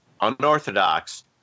unorthodox